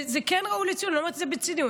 זה כן ראוי לציון, אני לא אומרת את זה בציניות.